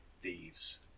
thieves